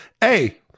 Hey